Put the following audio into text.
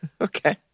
Okay